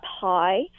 high